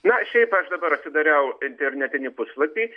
na šiaip aš dabar atsidariau internetinį puslapį